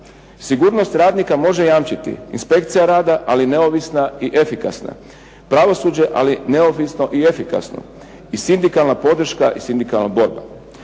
Sigurnost radnika može jamčiti inspekcija rada, ali neovisna i efikasna. Pravosuđe, ali neovisno i efikasno. I sindikalna podrška i sindikalna borba.